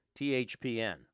thpn